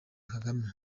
kagame